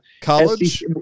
college